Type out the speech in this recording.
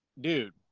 dude